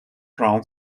brown